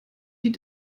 die